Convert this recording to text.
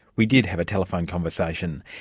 we did have a telephone conversation.